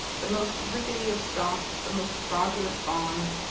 the most rickety of stock, the most fraudulent bonds,